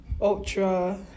ultra